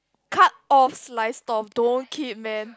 cut off live storm don't keep man